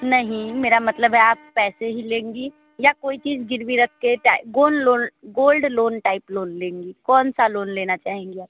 नहीं मेरा मतलब है आप पैसे ही लेंगे या कोई चीज़ गिरवी रख के gold loan type gold loan लेंगे कौन सा लोन लेना चाहेंगी आप